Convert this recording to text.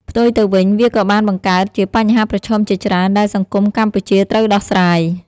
ផ្ទុយទៅវិញ វាក៏បានបង្កើតជាបញ្ហាប្រឈមជាច្រើនដែលសង្គមកម្ពុជាត្រូវដោះស្រាយ។